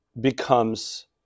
becomes